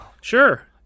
Sure